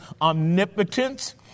omnipotence